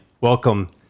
welcome